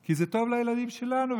כי זה טוב לילדים שלנו,